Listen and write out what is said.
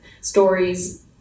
stories